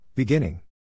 Beginning